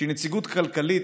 שהיא נציגות כלכלית,